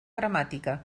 gramàtica